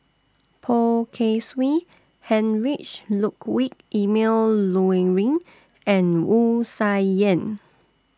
Poh Kay Swee Heinrich Ludwig Emil Luering and Wu Tsai Yen